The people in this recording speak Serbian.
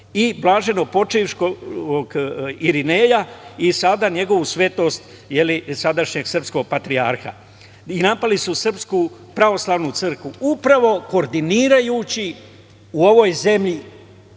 i blaženo počivškog irineja i sada njegovu svetost sadašnjeg srpskog patrijarha i napali su SPC, upravo koordinirajući u ovoj zemlji